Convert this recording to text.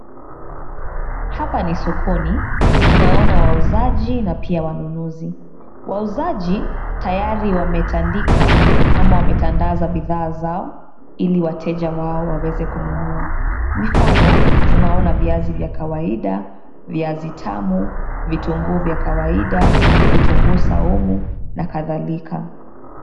Hapa ni sokoni. Tunawaona wauzaji na pia wanunuzi. Wauzaji tayari wametandika ama wametandaza bidhaa zao ili wateja wao waweze kununua. Mifano tunaona viazi vya kawaida, viazi tamu, vitunguu vya kawaida, vitunguu saumu na kadhalika.